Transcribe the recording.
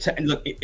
look